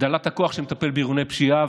הגדלת הכוח שמטפל בארגוני פשיעה,